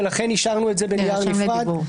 ולכן השארנו את זה בנייר נפרד.